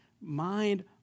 mind